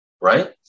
right